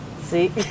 see